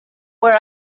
where